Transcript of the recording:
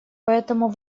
поэтому